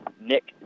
Nick